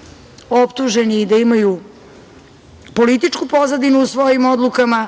da budu optuženi i da imaju političku pozadinu u svojim odlukama.